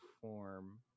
form